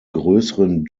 grösseren